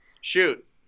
Shoot